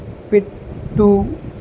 పెట్టు